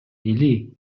эли